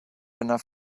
enough